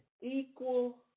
Equal